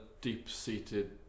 deep-seated